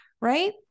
right